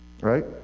Right